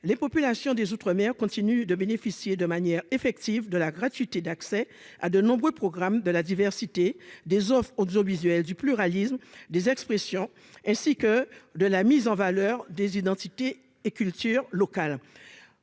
les populations des outre-mer continue de bénéficier de manière effective de la gratuité d'accès à de nombreux programmes de la diversité des offres audiovisuelles du pluralisme des expressions, ainsi que de la mise en valeur des identités et cultures locales,